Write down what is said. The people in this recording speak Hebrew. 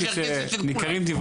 הצ'רקסית.